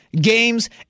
games